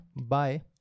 bye